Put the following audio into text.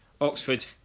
Oxford